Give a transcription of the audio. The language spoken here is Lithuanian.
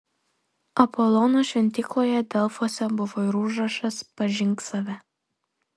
apolono šventykloje delfuose buvo ir užrašas pažink save